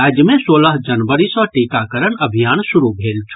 राज्य मे सोलह जनवरी सँ टीकाकरण अभियान शुरू भेल छल